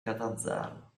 catanzaro